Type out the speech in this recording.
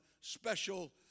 special